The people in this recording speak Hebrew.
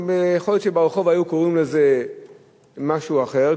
ויכול להיות שברחוב היו קוראים לזה משהו אחר,